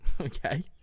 Okay